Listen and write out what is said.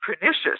pernicious